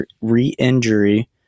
re-injury